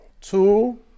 Two